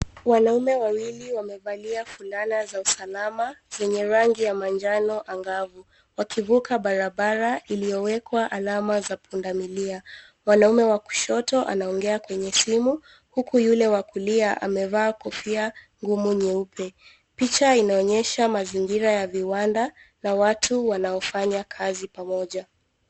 Wanaume wawili wamevalia fulana za usalama zenye rangi ya manjano angavu wakivuka barabara iliyowekwa alama za punda milia. Mwanaume wa kushoto anaongea kwenye simu huku yule wa kulia amevaa kofia ngumu nyeupe. Picha inaonyesha mazingira ya viwanda na watu wanaofanya kazi pamoja.